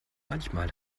manchmal